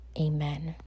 amen